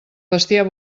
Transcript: bestiar